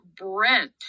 Brent